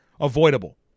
avoidable